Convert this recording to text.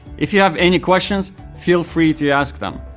if you have any questions, feel free to ask them.